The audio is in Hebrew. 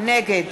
נגד